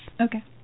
Okay